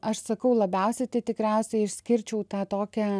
aš sakau labiausiai tai tikriausiai išskirčiau tą tokią